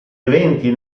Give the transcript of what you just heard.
eventi